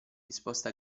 disposte